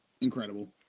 Incredible